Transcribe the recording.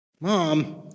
Mom